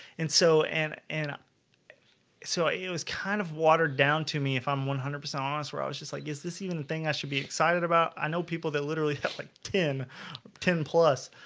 and so and and so it was kind of watered down to me if i'm one hundred percent honest where i was just like is this even the thing i should be excited about i know people that literally that like ten ten plus